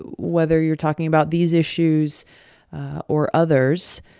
whether you're talking about these issues or others,